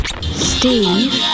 Steve